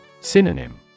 Synonym